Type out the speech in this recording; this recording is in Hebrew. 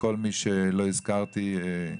אם לא הזכרתי מישהו,